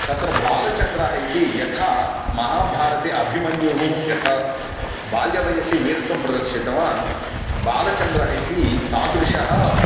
तत्र बालचन्द्रः इति यथा महाभारते अभिमन्युः यथा बाल्यवयसि वीरत्वं प्रदर्शितवान् बालचन्द्रः इति तादृशः